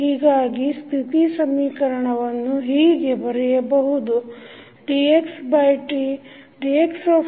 ಹೀಗಾಗಿ ಸ್ಥಿತಿ ಸಮೀಕರಣವನ್ನು ಹೀಗೆ ಬರೆಯಬಹುದುdxdtaxtbrt